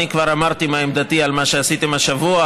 אני כבר אמרתי מה עמדתי על מה שעשיתם השבוע.